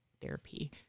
therapy